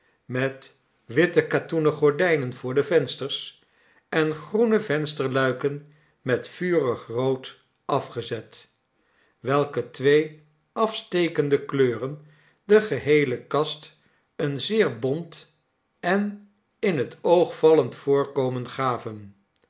met witte katoenen gordijnen voor de vensters en groene vensterluiken met vurig rood afgezet welke twee afstekende kleuren de geheele kast een zeer bont en in het oog vallend voorkomen gaven